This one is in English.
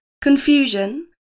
confusion